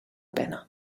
pena